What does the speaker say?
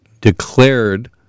declared